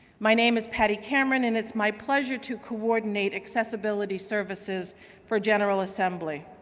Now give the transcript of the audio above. my name is patty cameron and it's my pleasure to coordinate accessibility services for general assembly.